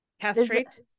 Castrate